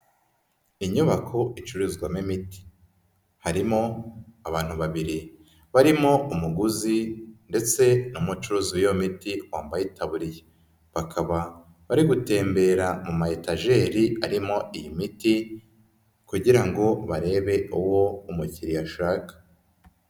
Inyubako icururizwamo imiti, harimo abantu babiri barimo umuguzi ndetse n'umucuruzi w'iyo miti wambaye itaburiya. Bakaba bari gutembera mu ma etajeri arimo iyi miti kugira ngo barebe uwo umukiriya ashaka.